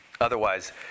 Otherwise